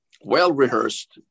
well-rehearsed